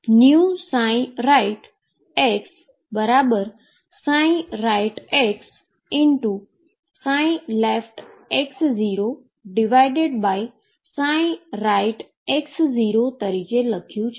તેથી મેંrightnewxrightxleftx0rightx0 તરીકે લખ્યુ છે